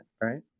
right